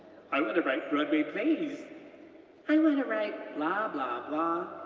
i wanna write broadway plays i wanna write. blah, blah, blah,